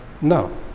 No